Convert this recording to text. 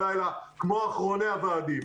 כמו אחרוני הוועדים,